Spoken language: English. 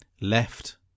left